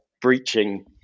breaching